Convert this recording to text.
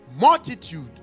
Multitude